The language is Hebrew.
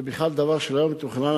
זה בכלל דבר שלא היה מתוכנן,